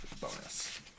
bonus